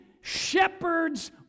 shepherds